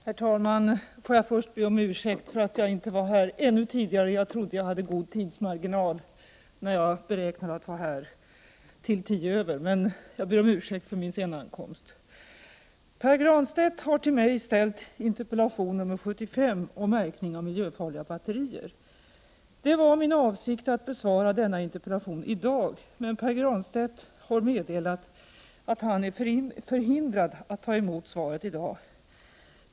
Herr talman! Jag ber först om ursäkt för min sena ankomst. Jag trodde att jag hade god tidsmarginal när jag beräknade att vara här till kl. 12.10. | Pär Granstedt har till mig ställt interpellation 1988/89:75 om märkning av miljöfarliga batterier. Det var min avsikt att besvara denna interpellation i dag, men Pär Granstedt har meddelat att han är förhindrad att ta emot svaret | i dag.